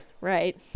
right